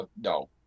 No